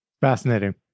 Fascinating